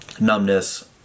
numbness